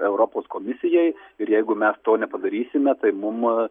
europos komisijai ir jeigu mes to nepadarysime tai mum